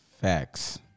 Facts